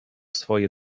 swe